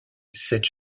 cette